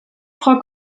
frau